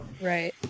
Right